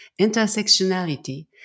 intersectionality